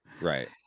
Right